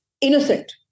innocent